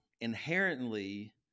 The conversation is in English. inherently